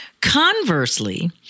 Conversely